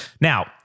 Now